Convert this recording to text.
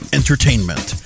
entertainment